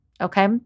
okay